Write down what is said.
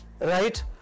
Right